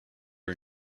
are